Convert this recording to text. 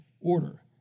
order